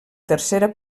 tercera